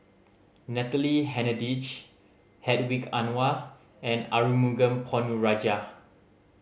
Natalie Hennedige Hedwig Anuar and Arumugam Ponnu Rajah